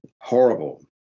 horrible